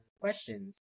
questions